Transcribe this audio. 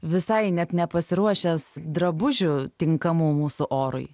visai net nepasiruošęs drabužių tinkamų mūsų orui